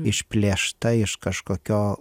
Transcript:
išplėšta iš kažkokio